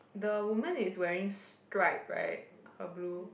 the woman is wearing stripe right her blue